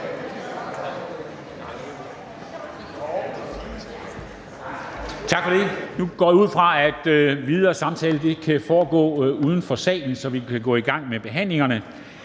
Tak for det. Nu går jeg ud fra, at videre samtale kan foregå uden for salen, så vi kan gå i gang med resten af behandlingerne.